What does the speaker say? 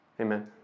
Amen